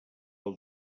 els